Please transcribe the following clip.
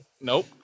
Nope